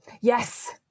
Yes